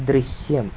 ദൃശ്യം